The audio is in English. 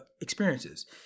experiences